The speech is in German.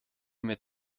mit